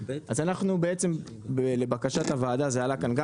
אז אנחנו בעצם לבקשת הוועדה זה עלה כאן גם